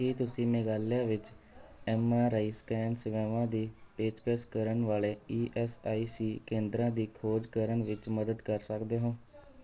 ਕੀ ਤੁਸੀਂ ਮੇਘਾਲਿਆ ਵਿੱਚ M R I scan ਸੇਵਾਵਾਂ ਦੀ ਪੇਸ਼ਕਸ਼ ਕਰਨ ਵਾਲੇ ਈ ਐੱਸ ਆਈ ਸੀ ਕੇਂਦਰਾਂ ਦੀ ਖੋਜ ਕਰਨ ਵਿੱਚ ਮਦਦ ਕਰ ਸਕਦੇ ਹੋ